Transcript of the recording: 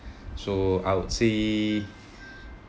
so I would say